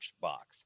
box